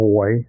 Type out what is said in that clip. Boy